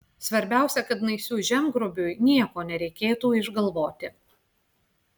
svarbiausia kad naisių žemgrobiui nieko nereikėtų išgalvoti